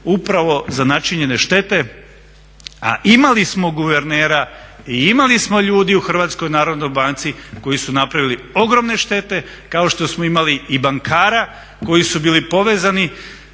upravo za načinjene štete, a imali smo guvernera i imali smo ljudi u HNB-u koji su napravili ogromne štete, kao što smo imali i bankara koji su bili povezani